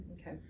okay